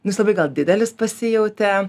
nu jis labai gal didelis pasijautė